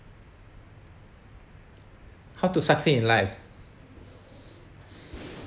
how to succeed in life